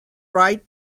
ride